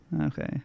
Okay